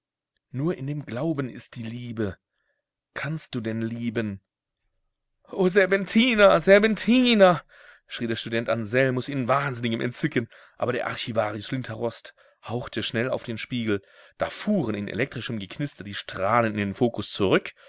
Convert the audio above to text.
nur in dem glauben ist die liebe kannst du denn lieben o serpentina serpentina schrie der student anselmus in wahnsinnigem entzücken aber der archivarius lindhorst hauchte schnell auf den spiegel da fuhren in elektrischem geknister die strahlen in den fokus zurück